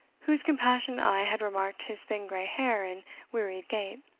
whose compassionate eye had remarked his thin grey hair and wearied gait.